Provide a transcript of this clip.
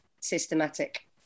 Systematic